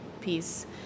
piece